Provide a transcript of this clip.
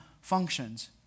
functions